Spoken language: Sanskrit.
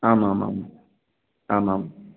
आम् आम् आम् आम् आम्